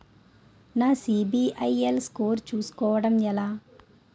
నా CIBIL score చుస్కోవడం ఎలా?